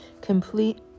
Complete